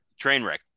Trainwreck